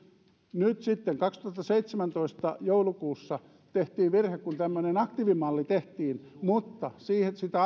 sitten kaksituhattaseitsemäntoista joulukuussa tehtiin virhe kun tämmöinen aktiivimalli tehtiin mutta sitä